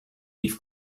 leaf